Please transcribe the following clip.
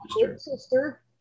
sister